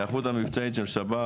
ההיערכות המבצעית של שב"ס,